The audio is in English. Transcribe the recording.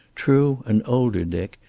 true, an older dick,